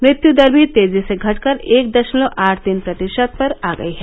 मृत्यू दर भी तेजी से घटकर एक दशमलव आठ तीन प्रतिशत पर आ गई है